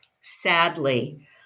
sadly